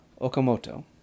Okamoto